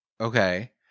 Okay